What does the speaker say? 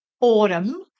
autumn